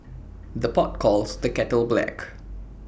the pot calls the kettle black